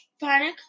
panic